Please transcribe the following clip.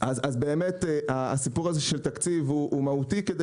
אז באמת הסיפור הזה של תקציב הוא מהותי כדי